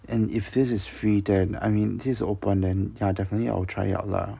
and if this is free then I mean this is open then ya definitely I will try out lah